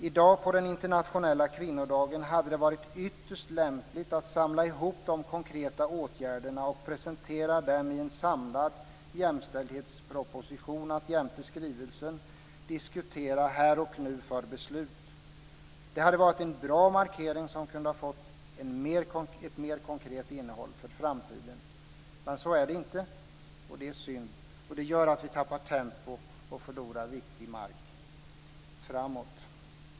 I dag på den internationella kvinnodagen hade det varit ytterst lämpligt att samla ihop de konkreta åtgärderna och presentera dem i en samlad jämställdhetsproposition att jämte skrivelsen diskutera här och nu för beslut. Det hade varit en bra markering som kunde fått ett mer konkret innehåll för framtiden. Men så är det inte, och det är synd. Det gör att vi tappar tempo och förlorar viktig mark framåt.